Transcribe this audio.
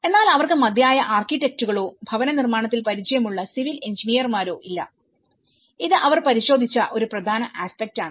എന്നാൽ അവർക്ക് മതിയായ ആർക്കിടെക്ടുകളോ ബിൽഡർമാരോ ഭവന നിർമ്മാണത്തിൽ പരിചയമുള്ള സിവിൽ എഞ്ചിനീയർമാരോ ഇല്ല ഇത് അവർ പരിശോധിച്ച ഒരു പ്രധാന ആസ്പെക്ട് ആണ്